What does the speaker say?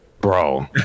bro